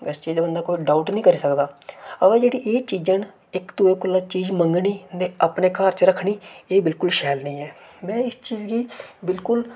एस चीज च बंदा कोई डाउट निं करी सकदा अवा जेह्ड़ी एह् चीजां न इक दूए कोला चीज मंगनी ते अपने घर च रक्खनी एह् बिल्कुल शैल निं ऐ में इस चीज गी बिल्कुल